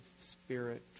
spirit